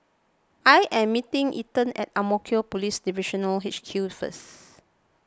I am meeting Ethan at Ang Mo Kio Police Divisional H Q first